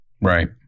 Right